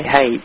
Hey